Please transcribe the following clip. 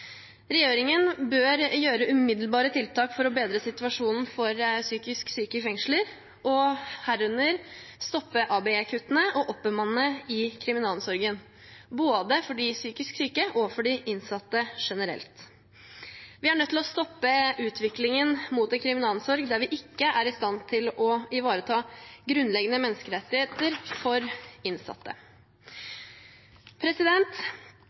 Regjeringen bør gjøre umiddelbare tiltak for å bedre situasjonen for psykisk syke i fengsel, og herunder stoppe ABE-kuttene og oppbemanne kriminalomsorgen, både for de psykisk syke og for de innsatte generelt. Vi er nødt til å stoppe utviklingen mot en kriminalomsorg der vi ikke er i stand til å ivareta grunnleggende menneskerettigheter for innsatte.